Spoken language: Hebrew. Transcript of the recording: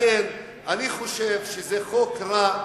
לכן אני חושב שזה חוק רע,